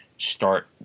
start